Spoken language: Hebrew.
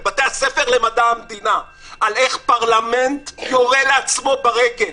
בבתי הספר למדע המדינה על איך פרלמנט יורה לעצמנו ברגל.